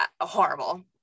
horrible